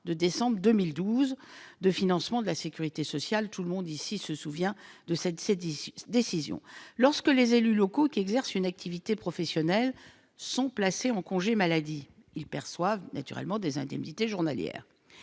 sociale par la loi de financement de la sécurité sociale de décembre 2012. Tout le monde se souvient ici de cette mesure. Lorsque les élus locaux qui exercent une activité professionnelle sont placés en congé maladie, ils perçoivent naturellement des indemnités journalières.